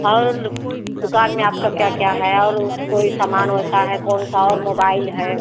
और दुकान में आपका क्या क्या है और कोई समान वैसा है कौन सा और मोबाइल है